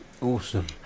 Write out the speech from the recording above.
Awesome